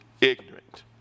ignorant